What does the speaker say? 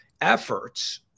efforts